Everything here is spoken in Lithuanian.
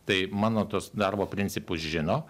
tai mano tuos darbo principus žino